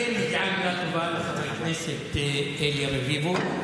וגם כמובן לחבר הכנסת אליהו רביבו.